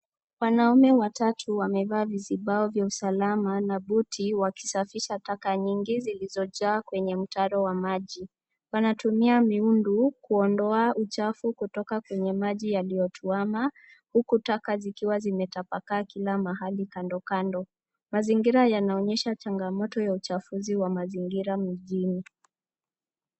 Wanaume watatu wamevaa visibao vya usalama na buti wakisafisha taka nyingi zilizojaa kwenye mtaro wa maji wanatumia miundu kuondoa uchafu kutoka kwenye maji yaliyotuama huku taka zikiwa zimetapakaa kila mahali. Kandokando mazingira yanaonyesha changamoto ya uchafuzi wa mazingira mijini.